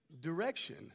Direction